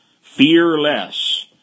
Fearless